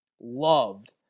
loved